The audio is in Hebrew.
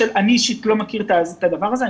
אישית לא מודע לדבר הזה.